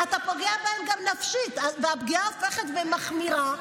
אתה פוגע בהם גם נפשית והפגיעה הולכת ומחמירה.